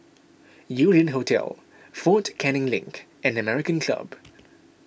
Yew Lian Hotel fort Canning Link and American Club